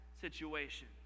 situation